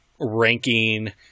ranking